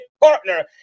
partner